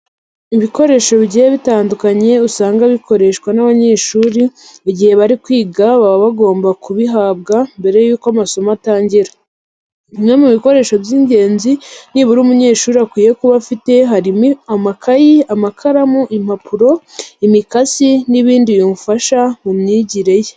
Ibikoresho bigiye bitandukanye usanga bikoreshwa n'abanyeshuri igihe bari kwiga baba bagomba kubihabwa mbere yuko amasomo atangira. Bimwe mu bikoresho by'ingenzi nibura umunyeshuri akwiye kuba afite harimo amakayi, amakaramu, impapuro, imikasi n'ibindi bimufasha mu myigire ye.